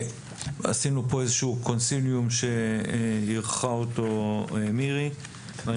עשינו פה איזשהו קונסיליום שאירחה אותו מירי ואני